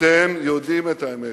אתם יודעים את האמת.